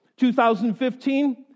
2015